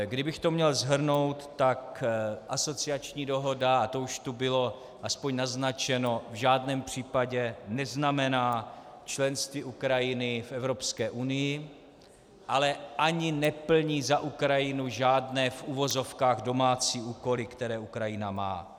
Kdybych to měl shrnout, tak asociační dohoda a to už tu bylo aspoň naznačeno v žádném případě neznamená členství Ukrajiny v Evropské unii, ale ani neplní za Ukrajinu žádné v uvozovkách domácí úkoly, které Ukrajina má.